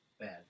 bad